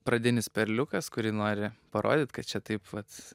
pradinis perliukas kurį nori parodyt kad čia taip vat